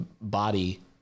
body